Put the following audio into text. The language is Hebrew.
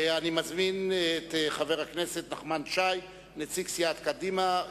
אני מזמין את חבר הכנסת נחמן שי, נציג סיעת קדימה.